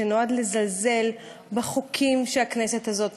שנועד לזלזל בחוקים שהכנסת הזאת חוקקה,